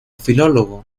filólogo